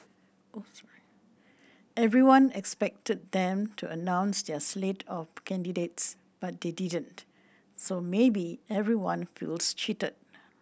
everyone expected them to announce their slate of candidates but they didn't so maybe everyone feels cheated